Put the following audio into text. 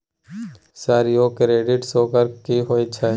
Sir यौ इ credit score की होयत छै?